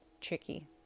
tricky